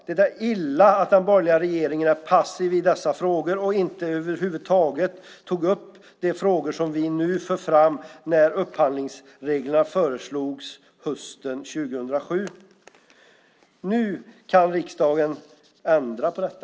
Det är illa att den borgerliga regeringen är passiv i dessa frågor och inte över huvud taget tog upp de frågor som vi nu för fram när nya upphandlingsreglerna föreslogs hösten 2007. Nu kan riksdagen ändra på detta.